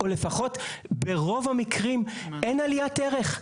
או לפחות ברוב המקרים אין עליית ערך.